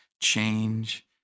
change